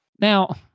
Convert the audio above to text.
Now